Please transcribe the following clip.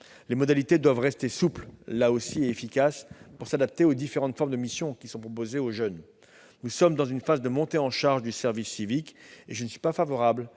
Les modalités doivent rester souples et, là aussi, efficaces, pour que le dispositif puisse s'adapter aux différentes formes de missions qui sont proposées aux jeunes. Nous sommes dans une phase de montée en charge du service civique et je ne suis pas favorable